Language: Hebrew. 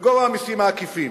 בגובה המסים העקיפים.